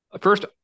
first